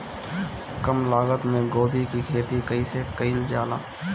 कम लागत मे गोभी की खेती कइसे कइल जाला?